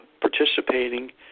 participating